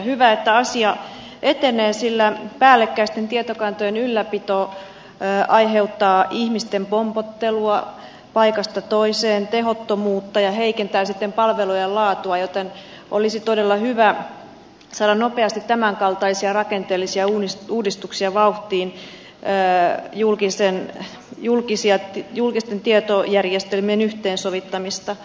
hyvä että asia etenee sillä päällekkäisten tietokantojen ylläpito aiheuttaa ihmisten pompottelua paikasta toiseen tehottomuutta ja heikentää palvelujen laatua joten olisi todella hyvä saada nopeasti tämänkaltaisia rakenteellisia uudistuksia vauhtiin julkisten tietojärjestelmien yhteensovittamista